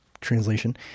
translation